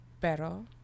Pero